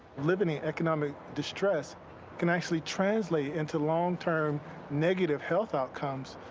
living in economic distress can actually translate into long-term negative health outcomes